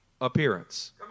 appearance